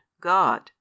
God